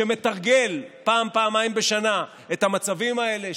שמתרגל פעם-פעמיים בשנה את המצבים האלה,